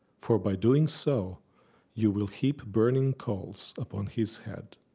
for by doing so you will heap burning coals upon his head.